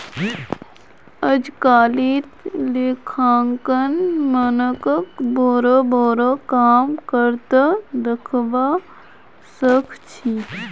अजकालित लेखांकन मानकक बोरो बोरो काम कर त दखवा सख छि